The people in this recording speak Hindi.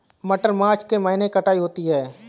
मटर मार्च के महीने कटाई होती है?